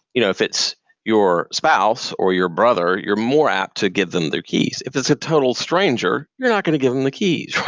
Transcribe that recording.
you know if it's your spouse or your brother, you're more apt to give them the keys. if it's a total stranger, you're not going to give them the keys,